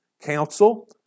Council